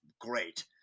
great